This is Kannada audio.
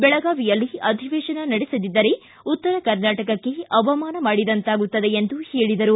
ಬೆಳಗಾವಿಯಲ್ಲಿ ಅಧಿವೇಶನ ನಡೆಸದಿದ್ದರೆ ಉತ್ತರ ಕರ್ನಾಟಕ್ಕೆ ಅವಮಾನ ಮಾಡಿದಂತಾಗುತ್ತದೆ ಎಂದು ಹೇಳಿದರು